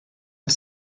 are